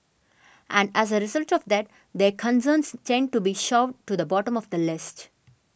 and as a result of that their concerns tend to be shoved to the bottom of the list